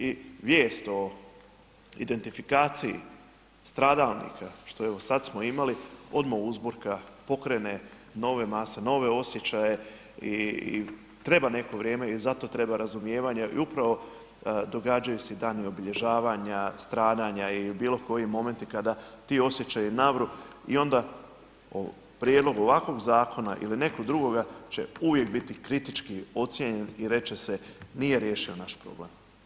I vijest o identifikaciji stradalnika što evo sad smo imali odma uzburka, pokrene nove mase, nove osjećaje i treba neko vrijeme i za to treba razumijevanja i upravo događaju se i dani obilježavanja stradanja i bilo koji momenti kada ti osjećaji navru i onda o prijedlogu ovakvoga zakona ili nekoga drugoga će uvijek biti kritički ocijenjen i reći će se nije riješio naš problem.